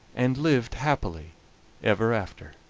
and lived happily ever after.